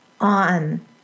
on